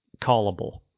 callable